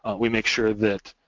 we make sure that